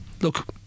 look